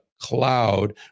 cloud